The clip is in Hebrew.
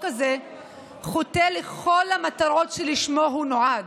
הזה חוטא לכל המטרות שלשמו הוא נועד.